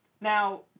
Now